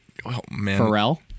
Pharrell